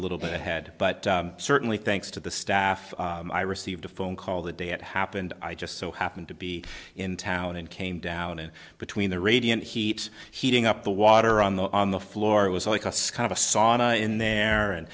little bit ahead but certainly thanks to the staff i received a phone call the day it happened i just so happened to be in town and came down in between the radiant heat heating up the water on the on the floor it was like a scan of a sauna in there and